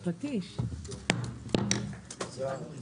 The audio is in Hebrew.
הישיבה נעולה.